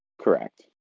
Correct